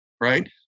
right